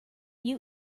you